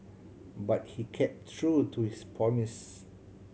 but he kept true to his promise